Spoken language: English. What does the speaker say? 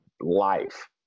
life